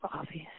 obvious